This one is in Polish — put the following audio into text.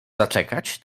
zaczekać